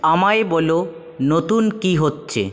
আমায় বলো নতুন কী হচ্ছে